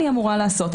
מה אני אמורה לעשות?